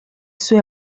sue